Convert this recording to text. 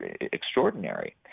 extraordinary